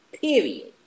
Period